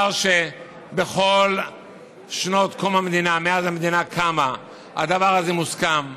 בכל שנות המדינה מאז שהמדינה קמה הדבר הזה מוסכם.